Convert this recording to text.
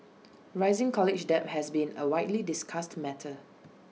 rising college debt has been A widely discussed matter